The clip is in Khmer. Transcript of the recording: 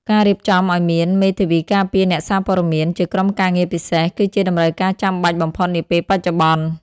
ការរៀបចំឱ្យមាន "មេធាវីការពារអ្នកសារព័ត៌មាន" ជាក្រុមការងារពិសេស គឺជាតម្រូវការចាំបាច់បំផុតនាពេលបច្ចុប្បន្ន។